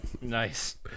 Nice